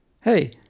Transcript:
hey